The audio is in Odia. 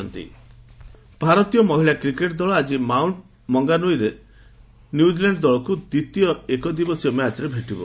ୱିମେନ୍ କ୍ରିକେଟ୍ ଭାରତୀୟ ମହିଳା କ୍ରିକେଟ୍ ଦଳ ଆଜି ମାଉଣ୍ଟ୍ ମଙ୍ଗାନୁଇଠାରେ ନ୍ୟୁଜିଲାଣ୍ଡ୍ ଦଳକୁ ଦ୍ୱିତୀୟ ଏକଦିବସୀୟ ମ୍ୟାଚ୍ରେ ଭେଟିବ